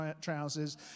trousers